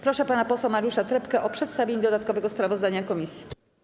Proszę pana posła Mariusza Trepkę o przedstawienie dodatkowego sprawozdania komisji.